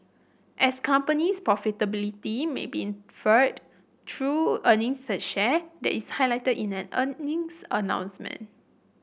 as company's profitability may be inferred through earnings per share that is highlighted in an earnings announcement